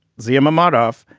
zia mammadov,